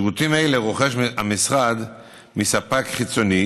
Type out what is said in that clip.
שירותים אלה המשרד רוכש מספק חיצוני